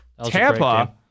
Tampa